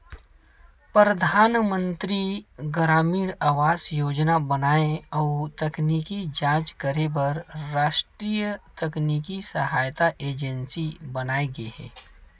परधानमंतरी गरामीन आवास योजना बनाए अउ तकनीकी जांच करे बर रास्टीय तकनीकी सहायता एजेंसी बनाये गे हे